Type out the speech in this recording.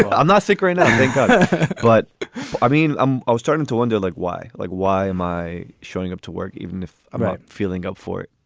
i'm not sick or and anything but i mean, i'm ah starting to wonder, like, why? like, why am i showing up to work even if about feeling up for it?